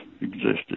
existed